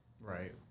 Right